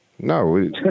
No